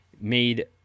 made